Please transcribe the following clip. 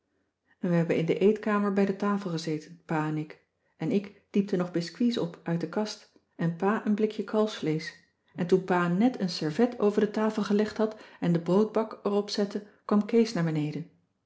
en we hebben in de eetkamer bij de tafel gezeten pa en ik en ik diepte nog biscuits op uit de kast en pa een blikje kalfsvleesch en toen pa net een cissy van marxveldt de h b s tijd van joop ter heul servet over de tafel gelegd had en den broodbak erop zette kwam kees naar beneden